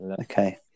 okay